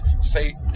say